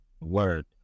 Word